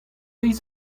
deiz